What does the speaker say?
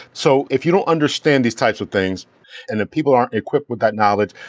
so if you don't understand these types of things and the people aren't equipped with that knowledge,